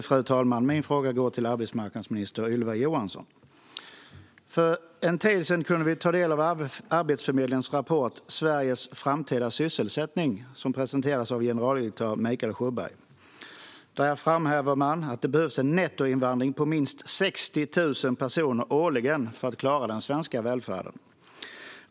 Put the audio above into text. Fru talman ! Min fråga går till arbetsmarknadsminister Ylva Johansson. För en tid sedan kunde vi ta del av Arbetsförmedlingens rapport Sveriges framtida sysselsättning , som presenterades av generaldirektör Mikael Sjöberg. Där framhåller man att det behövs en nettoinvandring på minst 60 000 personer årligen för att klara den svenska välfärden.